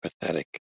pathetic